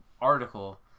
article